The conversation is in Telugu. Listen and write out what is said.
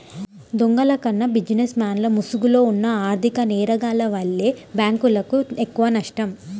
దొంగల కన్నా బిజినెస్ మెన్ల ముసుగులో ఉన్న ఆర్ధిక నేరగాల్ల వల్లే బ్యేంకులకు ఎక్కువనష్టం